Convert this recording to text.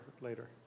later